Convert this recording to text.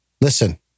Listen